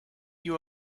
you